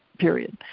period.